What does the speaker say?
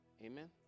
Amen